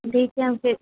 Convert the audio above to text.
ठीक है हम फिर